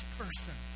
person